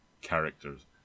characters